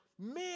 Man